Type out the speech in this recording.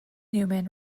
newman